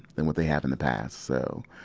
and what they had in the past. so,